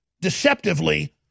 deceptively